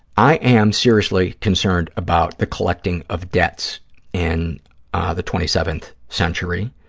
i am seriously concerned about the collecting of debts in the twenty seventh century,